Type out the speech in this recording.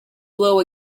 blow